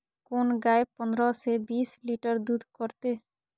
कोन गाय पंद्रह से बीस लीटर दूध करते?